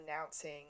announcing